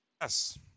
Yes